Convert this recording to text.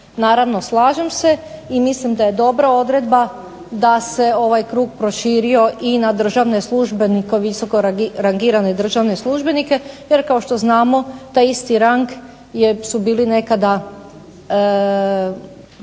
Naravno slažem se, i mislim da je dobra odredba da se ovaj krug proširio i na državne službenike, visoko rangirane državne službenike, jer kao što znamo taj isti rang je su bili nekada,